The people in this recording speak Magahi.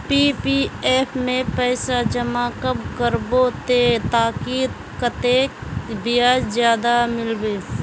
पी.पी.एफ में पैसा जमा कब करबो ते ताकि कतेक ब्याज ज्यादा मिलबे?